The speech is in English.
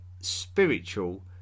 spiritual